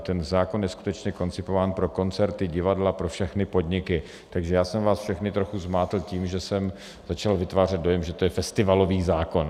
Ten zákon je skutečně koncipován pro koncerty, divadla, pro všechny podniky, takže jsem vás všechny trochu zmátl tím, že jsem začal vytvářet dojem, že to je festivalový zákon.